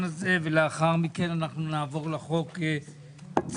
הזה ולאחר מכן אנחנו נעבור לחוק עצמו.